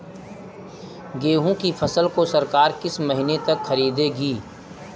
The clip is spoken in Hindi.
गेहूँ की फसल को सरकार किस महीने तक खरीदेगी?